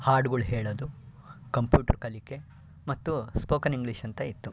ಹಾಡುಗಳು ಹೇಳೋದು ಕಂಪ್ಯೂಟರ್ ಕಲಿಕೆ ಮತ್ತು ಸ್ಪೋಕನ್ ಇಂಗ್ಲಿಷ್ ಅಂತ ಇತ್ತು